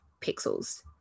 pixels